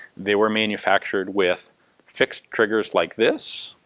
they were manufactured with fixed triggers like this.